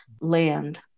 land